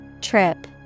Trip